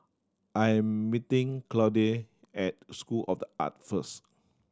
I meeting Claude at School of The Arts first